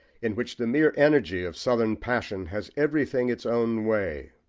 in which the mere energy of southern passion has everything its own way,